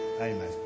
Amen